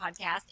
podcast